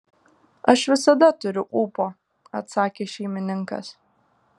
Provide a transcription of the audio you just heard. aš visada turiu ūpo atsakė šeimininkas